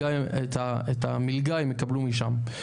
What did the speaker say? את המלגה הם יקבלו משם.